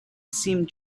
seemed